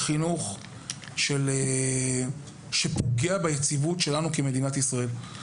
או שפוגע ביציבות שלנו כמדינת ישראל.